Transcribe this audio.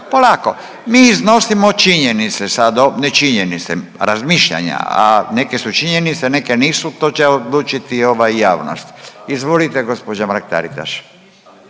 polako. Mi iznosimo činjenice sad, ne činjenice, razmišljanja, a neke su činjenice, neke nisu to će odlučiti ovaj javnost. Izvolite gospođa Mrak Taritaš.